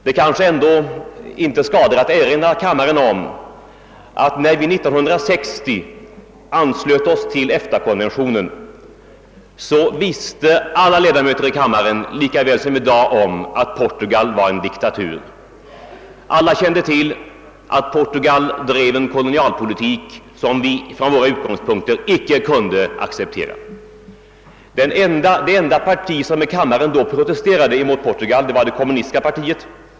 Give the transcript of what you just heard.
Det kanske inte skadar att erinra kammaren om att när Sverige år 1960 anslöt sig till EFTA-konventionen visste alla ledamöter i kammaren att Portugal var en diktatur. Alla kände till att Portugal bedrev en kolonialpolitik som vi från våra utgångspunkter icke kunde acceptera. Det enda parti som i kammaren då protesterade mot Portugal var det kommunistiska partiet.